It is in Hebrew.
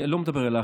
אני לא מדבר אלייך,